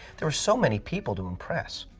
there were so many people to impress.